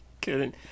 Kidding